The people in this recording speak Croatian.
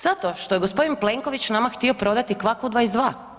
Zato što je g. Plenković nama htio prodati kvaku 22.